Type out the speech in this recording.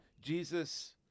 Jesus